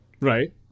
Right